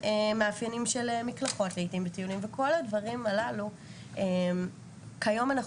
ומאפיינים של מקלחות בטיולים כיום אנחנו